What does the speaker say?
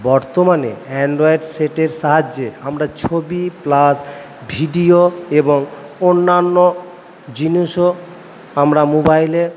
বর্তমানে অ্যান্ড্রয়েড সেটের সাহায্যে আমরা ছবি প্লাস ভিডিও এবং অন্যান্য জিনিসও আমরা মোবাইলে